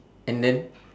and then